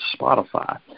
Spotify